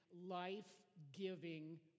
life-giving